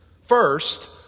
First